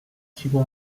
提供